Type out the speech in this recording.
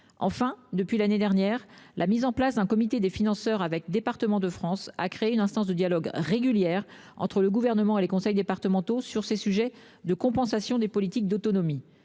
Enfin, depuis l'année dernière, la mise en place d'un comité des financeurs avec Départements de France a créé une instance de dialogue régulière entre le Gouvernement et les conseils départementaux sur les sujets de compensation des politiques d'autonomie.